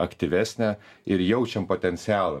aktyvesnė ir jaučiam potencialą